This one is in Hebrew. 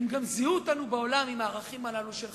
הן גם זיהו אותנו בעולם עם הערכים הללו של חדשנות,